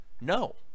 No